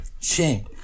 Shame